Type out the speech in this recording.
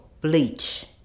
bleach